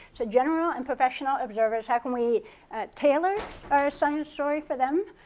so general and professional observers, how can we tailor our so story for them?